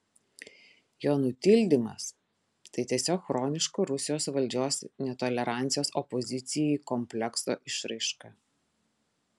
jo nutildymas tai tiesiog chroniško rusijos valdžios netolerancijos opozicijai komplekso išraiška